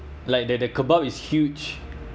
like the the kebab is huge